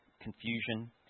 confusion